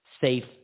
safe